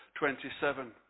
27